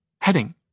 Heading